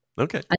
Okay